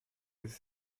its